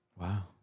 Wow